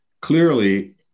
Clearly